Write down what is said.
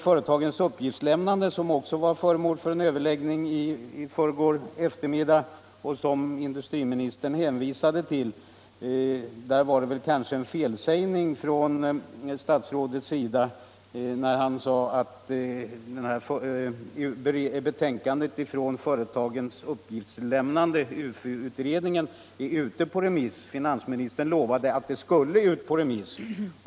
Företagens uppgiftslämnande var också föremål för en överläggning i förrgår eftermiddag. Industriministern hänvisade till överläggningen, men det var väl en felsägning från statsrådets sida när han uppgav att betänkandet om företagens uppgiftslämnande, UFU-utredningen, är ute på remiss. Finansministern lovade att det skulle ut på remiss.